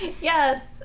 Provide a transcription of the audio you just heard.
Yes